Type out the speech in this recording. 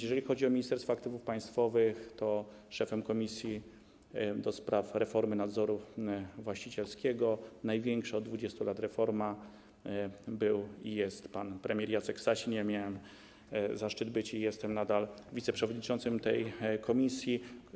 Jeżeli chodzi o Ministerstwo Aktywów Państwowych, to szefem Komisji ds. Reformy Nadzoru Właścicielskiego, największej od 20 lat reformy, był i jest pan premier Jacek Sasin, ja miałem zaszczyt być, i jestem nadal, wiceprzewodniczącym tej komisji.